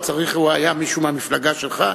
אבל היה מישהו מהמפלגה שלך,